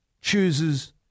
chooses